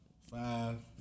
Five